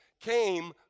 Came